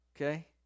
okay